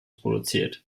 produziert